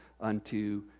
unto